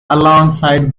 alongside